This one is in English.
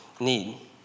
need